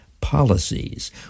policies